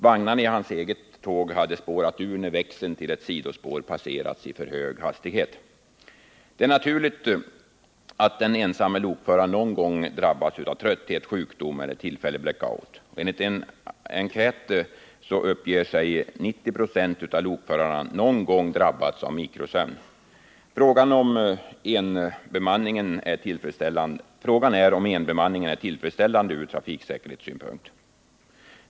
Vagnarna i hans eget tåg hade spårat ur när växeln till ett sidospår passerats i för hög hastighet. Det är naturligt att den ensamme lokföraren någon gång drabbas av trötthet, sjukdom eller tillfällig black out. Enligt en enkät uppger sig 90 96 av lokförarna någon gång ha drabbats av mikrosömn. Frågan är om enbemanningen är tillfredsställande ur trafiksäkerhetssynpunkt.